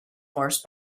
force